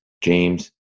James